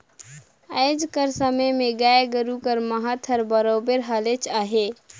आएज कर समे में गाय गरू कर महत हर बरोबेर हलेच अहे